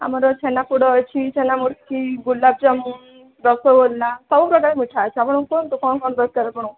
ଆମର ଛେନା ପୋଡ଼ ଅଛି ଛେନା ମୁଡ଼କି ଗୋଲାବ ଜାମୁନ ରସଗୋଲା ସବୁ ପ୍ରକାର ମିଠା ଅଛି ଆପଣ କୁହନ୍ତୁ କ'ଣ କ'ଣ ଦରକାର ଆପଣଙ୍କୁ